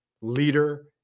leader